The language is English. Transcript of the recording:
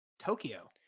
Tokyo